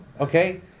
okay